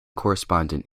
correspondent